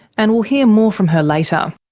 and we'll hear more from her later.